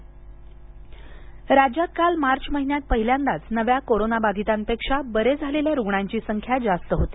corona राज्य राज्यात काल मार्च महिन्यात पहिल्यांदाच नव्या कोरोना बाधितांपेक्षा बरे झालेल्या रुग्णांची संख्या जास्त होती